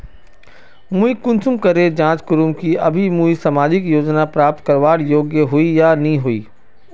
मुई कुंसम करे जाँच करूम की अभी मुई सामाजिक योजना प्राप्त करवार योग्य होई या नी होई?